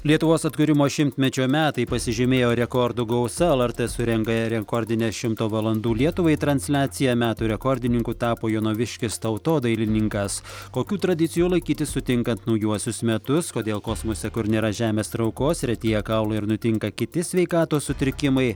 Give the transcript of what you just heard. lietuvos atkūrimo šimtmečio metai pasižymėjo rekordų gausa lrt surengė rekordinę šimto valandų lietuvai transliaciją metų rekordininku tapo jonaviškis tautodailininkas kokių tradicijų laikytis sutinkant naujuosius metus kodėl kosmose kur nėra žemės traukos retėja kaulai ir nutinka kiti sveikatos sutrikimai